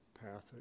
path